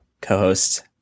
co-hosts